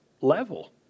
level